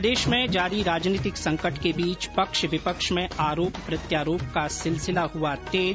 प्रदेश में जारी राजनीतिक संकट के बीच पक्ष विपक्ष में आरोप प्रत्यारोप का सिलसिला हुआ तेज